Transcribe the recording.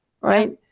Right